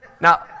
Now